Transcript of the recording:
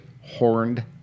horned